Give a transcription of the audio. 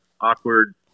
awkward